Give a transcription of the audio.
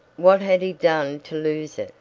what had he done to lose it?